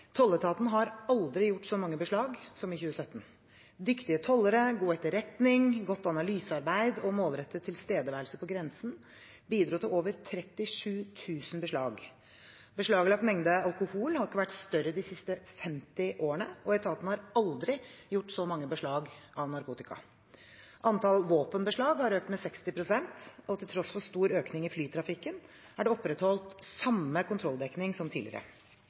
Tolletaten har aldri gjort så mange beslag som i 2017. Dyktige tollere, god etterretning, godt analysearbeid og målrettet tilstedeværelse på grensen bidro til over 37 000 beslag. Beslaglagt mengde alkohol har ikke vært større de siste 50 årene, og etaten har aldri gjort så mange beslag av narkotika. Antall våpenbeslag har økt med 60 pst., og til tross for stor økning i flytrafikken er det opprettholdt samme kontrolldekning som tidligere.